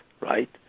right